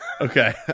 Okay